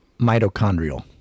Mitochondrial